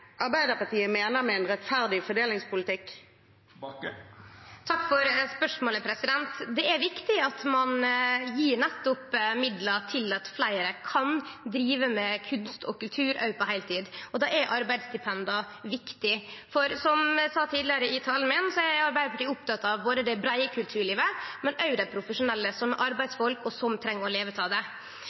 Arbeiderpartiet mener med en rettferdig fordelingspolitikk? Eg vil takke for spørsmålet. Det er viktig at ein gjev midlar til at fleire kan drive med kunst og kultur på heiltid. Då er arbeidsstipenda viktige. Som eg sa tidlegare, i talen min, er Arbeidarpartiet oppteke av både det breie kulturlivet og dei profesjonelle, som er arbeidsfolk og som treng å leve av dette. Så er det